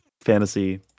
fantasy